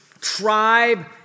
tribe